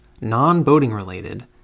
non-boating-related